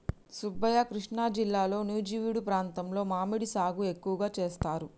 సుబ్బయ్య కృష్ణా జిల్లాలో నుజివీడు ప్రాంతంలో మామిడి సాగు ఎక్కువగా సేస్తారు